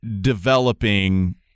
developing